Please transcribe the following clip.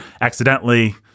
accidentally